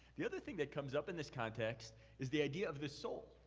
the other thing that comes up in this context is the idea of the soul.